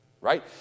Right